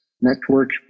network